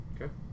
Okay